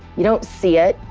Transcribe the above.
you don't see it,